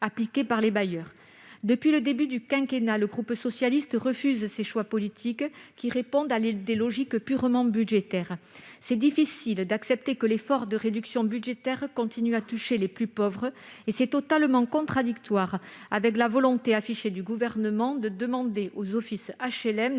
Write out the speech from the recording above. appliquée par les bailleurs. Depuis le début du quinquennat, le groupe socialiste refuse ces choix politiques, qui répondent à des logiques purement budgétaires. Il est difficile d'accepter que l'effort de réduction budgétaire continue de toucher les plus pauvres ; voilà qui est totalement contradictoire avec la volonté affichée du Gouvernement de demander aux offices HLM